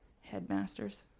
headmasters